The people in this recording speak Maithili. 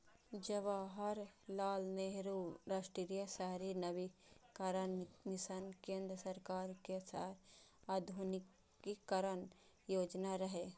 जवाहरलाल नेहरू राष्ट्रीय शहरी नवीकरण मिशन केंद्र सरकार के शहर आधुनिकीकरण योजना रहै